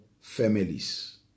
families